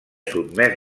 sotmès